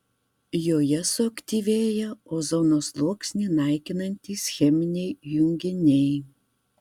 joje suaktyvėja ozono sluoksnį naikinantys cheminiai junginiai